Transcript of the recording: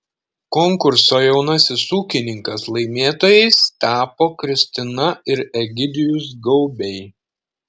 konkurso jaunasis ūkininkas laimėtojais tapo kristina ir egidijus gaubiai